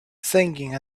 singing